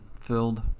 filled